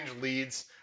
leads